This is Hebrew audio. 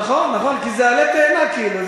נכון, נכון, כי זה עלה תאנה כאילו.